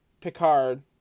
Picard